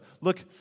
Look